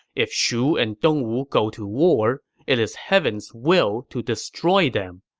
if shu and dongwu go to war, it is heaven's will to destroy them.